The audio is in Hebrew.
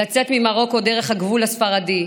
לצאת ממרוקו דרך הגבול הספרדי,